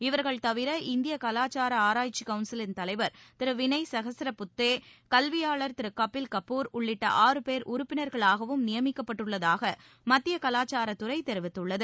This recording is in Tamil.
இவர்கள் தவிர இந்திய கலாச்சார ஆராய்ச்சி கவுன்சிலின் தலைவர் திரு வினய் சகஸ்ரபுத்தே கல்வியாளர் திரு கபில்கபூர் உள்ளிட்ட ஆறுபேர் உறுப்பினர்களாகவும் நியமிக்கப்பட்டுள்ளதாக மத்திய கலாச்சாரத் துறை தெரிவித்துள்ளது